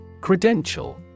Credential